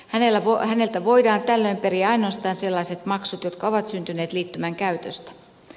hänellä voi häneltä voidaan tällöin periä nosta sellaiset maksut jotka ovat syntyneet liittymän käytöstä